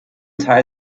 teil